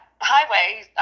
highway